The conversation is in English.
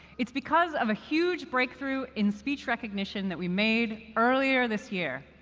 it's because of a huge breakthrough in speech recognition that we made earlier this year.